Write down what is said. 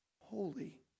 holy